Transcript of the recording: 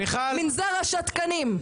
מנזר השתקנים.